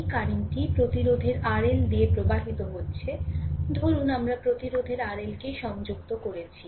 এই কারেন্টটি প্রতিরোধের RL দিয়ে প্রবাহিত হচ্ছে ধরুন আমরা প্রতিরোধের RLকে সংযুক্ত করেছি